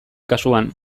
kasuan